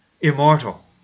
Immortal